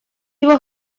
его